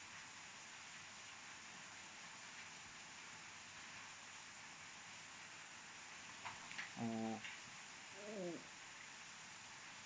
oh